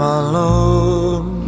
alone